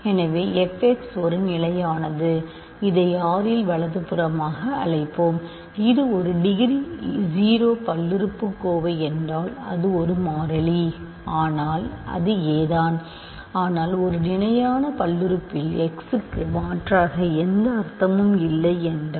எனவே f x ஒரு நிலையானது இதை R இல் வலதுபுறமாக அழைப்போம் இது ஒரு டிகிரி 0 பல்லுறுப்புக்கோவை என்றால் அது ஒரு மாறிலி ஆனால் இது a தான் ஆனால் ஒரு நிலையான பல்லுறுப்புறுப்பில் x க்கு மாற்றாக எந்த அர்த்தமும் இல்லை என்றால்